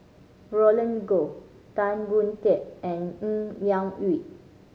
Roland Goh Tan Boon Teik and Ng Yak Whee